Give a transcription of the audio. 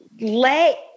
let